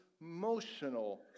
emotional